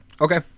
Okay